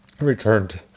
returned